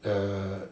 the